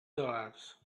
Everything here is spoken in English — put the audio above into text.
dollars